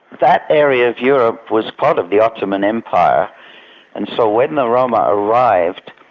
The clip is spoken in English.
that area of europe was part of the ottoman empire and so when the roma arrived,